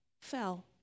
fell